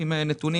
הנתונים